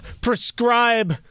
prescribe